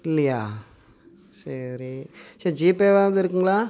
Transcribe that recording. இல்லையா சரி சரி ஜிபேவாது இருக்குங்களா